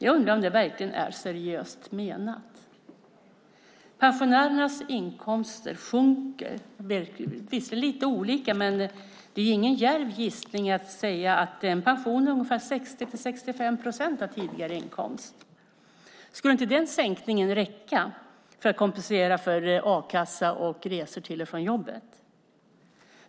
Jag undrar om det är seriöst menat. Pensionärernas inkomster sjunker. Det är visserligen lite olika, men det är ingen djärv gissning att säga att en pension är ungefär 60-65 procent av tidigare inkomst. Skulle inte den sänkningen räcka för att kompensera för a-kassa och resor till och från jobbet?